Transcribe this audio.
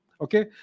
Okay